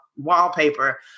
wallpaper